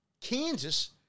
Kansas